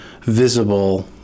visible